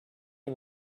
can